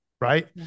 right